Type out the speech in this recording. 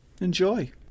Enjoy